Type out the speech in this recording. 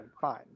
Fine